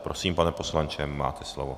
Prosím, pane poslanče, máte slovo.